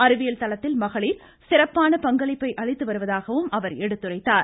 அறிவியல் தளத்தில் மகளிர் சிறப்பான பங்களிப்பை அளித்து வருவதாகவும் அவர் எடுத்துரைத்தார்